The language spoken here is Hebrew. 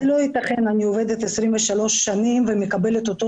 לא יתכן שאני עובדת 23 שנים ומקבלת את אותו